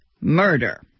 murder